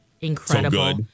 incredible